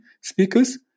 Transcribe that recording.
speakers